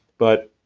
but